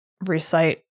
recite